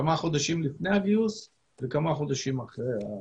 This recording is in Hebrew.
כמה חודשים לפני הגיוס וכמה חודשים אחרי השחרור.